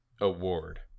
award